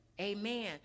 amen